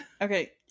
Okay